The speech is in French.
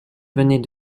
venait